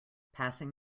passing